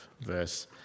verse